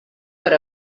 per